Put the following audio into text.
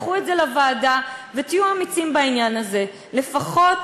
קחו את זה לוועדה ותהיו אמיצים בעניין הזה: לפחות